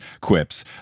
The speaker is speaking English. quips